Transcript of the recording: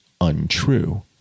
untrue